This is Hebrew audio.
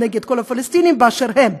נגד כל הפלסטינים באשר הם.